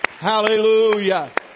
Hallelujah